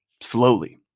slowly